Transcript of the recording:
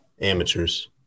amateurs